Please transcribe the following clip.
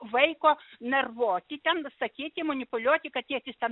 vaiko nervuoti ten sakyti manipuliuoti kad tėtis ten